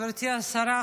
גברתי השרה,